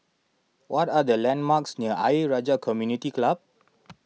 what are the landmarks near Ayer Rajah Community Club